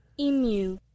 Emu